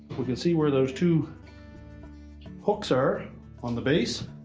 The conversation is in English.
we can see where those two hooks are on the base